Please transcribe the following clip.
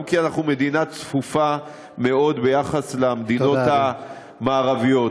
גם כי אנחנו מדינה צפופה מאוד ביחס למדינות המערביות.